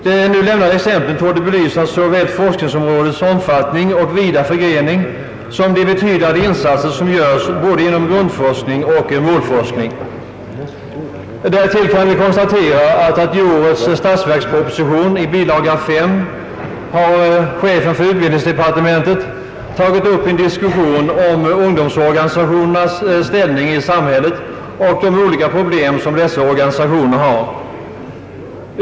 De nu lämnade exemplen torde belysa såväl forskningsområdets omfattning och vida förgrening som de betydande insatser som görs både inom grundforskning och målforskning. Därtill kan vi konstatera att i årets statsverksproposition, bilaga 5, har chefen för utbildningsdepartementet tagit upp en diskussion om ungdomsorganisationernas ställning i samhället och de olika problem som dessa organisationer har.